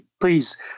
Please